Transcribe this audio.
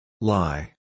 Lie